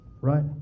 Right